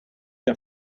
der